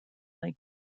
lake